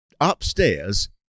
upstairs